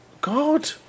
God